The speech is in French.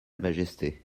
majesté